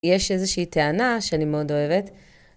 יש איזושהי טענה שאני מאוד אוהבת.